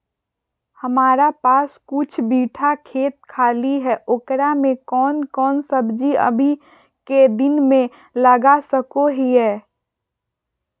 हमारा पास कुछ बिठा खेत खाली है ओकरा में कौन कौन सब्जी अभी के दिन में लगा सको हियय?